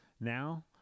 now